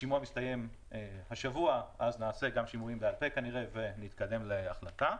השימוע מסתיים השבוע ואז כנראה נעשה גם שימועים בעל פה ונתקדם להחלטה.